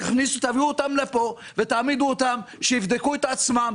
תביאו אותם לפה ותעמידו אותם, שיבדקו את עצמם.